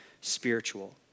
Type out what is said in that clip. spiritual